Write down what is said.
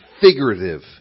figurative